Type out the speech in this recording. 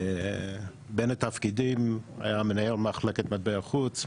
בין התפקידים הייתי מנהל מחלקת מטבע חוץ,